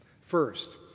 First